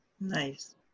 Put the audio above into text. Nice